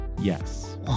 Yes